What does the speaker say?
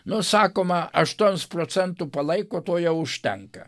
nu sakoma aštuons procentų palaiko to jau užtenka